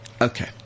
Okay